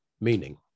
meaning